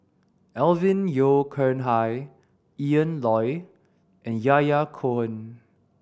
Alvin Yeo Khirn Hai Ian Loy and Yahya Cohen